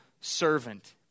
servant